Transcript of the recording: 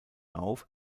auf